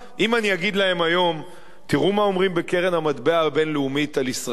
אם אני אגיד להם היום: תראו מה אומרים בקרן המטבע הבין-לאומית על ישראל,